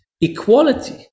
Equality